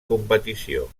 competició